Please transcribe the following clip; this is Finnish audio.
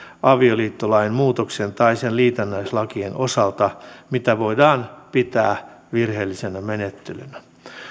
avioliittolain muutoksen tai sen liitännäislakien osalta mitä voidaan pitää virheellisenä menettelynä